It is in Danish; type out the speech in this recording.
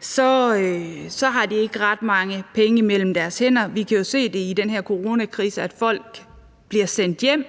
så har de ikke ret mange penge mellem hænderne. Vi kan jo se i den her coronakrise, at folk bliver sendt hjem,